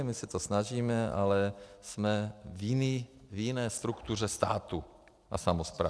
My se to snažíme, ale jsme v jiné struktuře státu a samosprávy.